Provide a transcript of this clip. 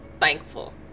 thankful